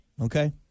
okay